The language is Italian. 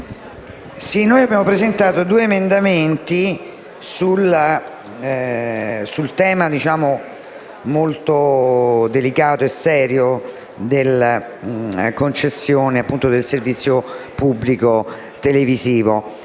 noi abbiamo presentato due emendamenti sul tema molto delicato e serio della concessione del servizio pubblico radiotelevisivo.